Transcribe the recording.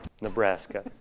Nebraska